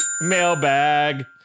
Mailbag